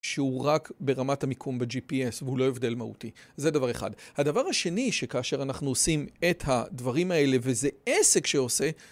שהוא רק ברמת המיקום ב-GPS והוא לא הבדל מהותי, זה דבר אחד. הדבר השני שכאשר אנחנו עושים את הדברים האלה וזה עסק שעושה,